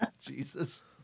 Jesus